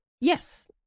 Yes